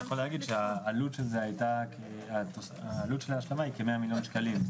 אני יכול להגיד שהעלות של ההשלמה היא כ-100 מיליון שקלים,